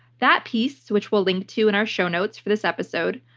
that piece, which we'll link to in our show notes for this episode,